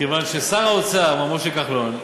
מכיוון ששר האוצר, מר משה כחלון,